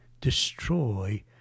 destroy